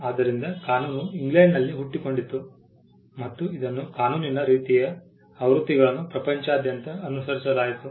ಆದ್ದರಿಂದ ಕಾನೂನು ಇಂಗ್ಲೆಂಡ್ನಲ್ಲಿ ಹುಟ್ಟಿಕೊಂಡಿತು ಮತ್ತು ಇದನ್ನು ಕಾನೂನಿನ ರೀತಿಯ ಆವೃತ್ತಿಗಳನ್ನು ಪ್ರಪಂಚದಾದ್ಯಂತ ಅನುಸರಿಸಲಾಯಿತು